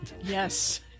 yes